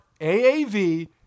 AAV